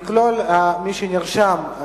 מכלל מי שנרשם,